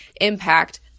impact